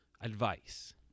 advice